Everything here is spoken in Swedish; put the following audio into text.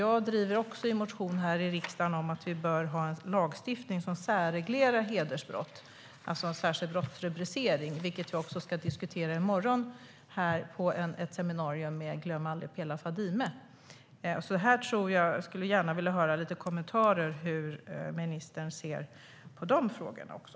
Det andra är att jag i en motion här i riksdagen driver frågan om att vi bör ha en lagstiftning som särreglerar hedersbrott. Det handlar alltså om en särskild brottsrubricering, vilket vi ska diskutera här i morgon på ett seminarium med Glöm aldrig Pela och Fadime. Jag skulle gärna vilja höra lite kommentarer om hur ministern ser på de frågorna också.